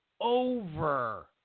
over